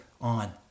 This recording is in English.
on